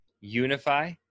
unify